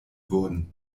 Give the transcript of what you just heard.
wurden